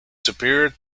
superior